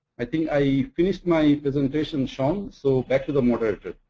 i think i finished my presentation, sean, so back to the moderator.